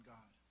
God